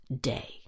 day